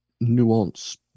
nuance